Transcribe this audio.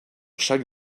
chaque